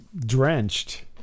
drenched